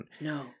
No